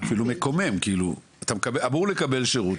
אתה אמור לקבל שירות,